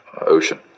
Ocean